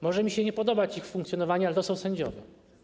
Może mi się nie podobać ich funkcjonowanie, ale to są sędziowie.